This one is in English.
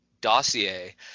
dossier